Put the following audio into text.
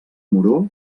moró